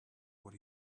what